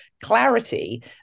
clarity